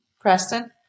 Preston